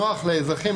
נוח לאזרחים,